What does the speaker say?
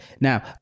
Now